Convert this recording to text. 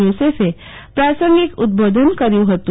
જોસેફે પ્રાસંગિક ઉદબોધન કર્યું હતું